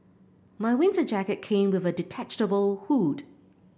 my winter jacket came with a detachable hood